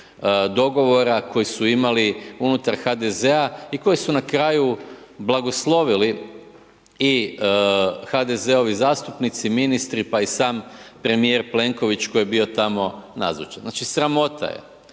dogovora koji su imali unutar HDZ-a i koji su na kraju blagoslovili i HDZ-ovi zastupnici, ministri pa i sam premijer Plenković koji je bio tamo nazočan. Znači sramota je